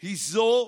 זו,